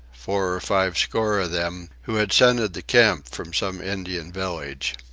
four or five score of them, who had scented the camp from some indian village.